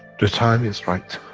the time is right.